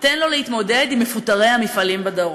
תן לו להתמודד עם מפוטרי המפעלים בדרום.